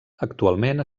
actualment